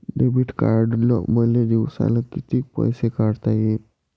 Debit कार्डनं मले दिवसाले कितीक पैसे काढता येईन?